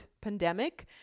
pandemic